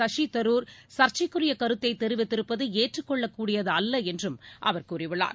சசிதரூர் சர்ச்சைக்குரிய கருத்தை தெரிவித்திருப்பது ஏற்றுக்கொள்ளக் கூடியதல்ல என்றும் அவர் கூறியுள்ளார்